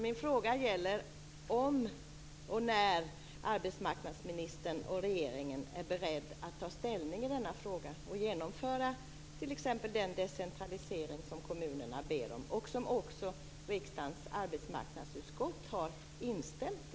Min fråga gäller om och när arbetsmarknadsministern och regeringen är beredd att ta ställning i denna fråga och genomföra den decentralisering kommunerna ber om och som också riksdagens arbetsmarknadsutskott har instämt i.